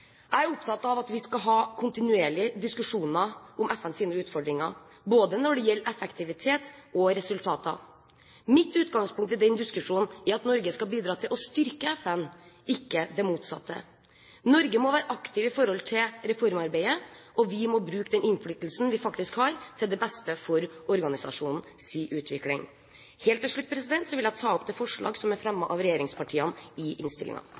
Jeg er opptatt av at vi skal ha kontinuerlige diskusjoner om FNs utfordringer, både når det gjelder effektivitet og resultater. Mitt utgangspunkt i den diskusjonen er at Norge skal bidra til å styrke FN, ikke det motsatte. Norge må være aktiv når det gjelder reformarbeidet, og vi må bruke den innflytelsen vi faktisk har, til det beste for organisasjonens utvikling. Helt til slutt vil jeg ta opp det forslag som er fremmet av regjeringspartiene i